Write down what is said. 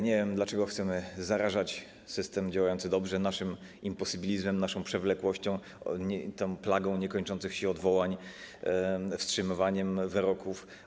Nie wiem, dlaczego chcemy zarażać system działający dobrze naszym imposybilizmem, naszą przewlekłością, tą plagą niekończących się odwołań, wstrzymywaniem wyroków.